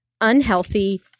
unhealthy